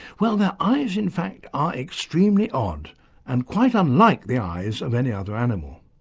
well, their eyes in fact are extremely odd and quite unlike the eyes of any other animal.